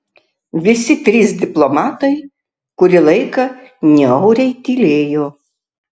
visi trys diplomatai kurį laiką niauriai tylėjo